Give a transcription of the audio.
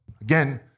again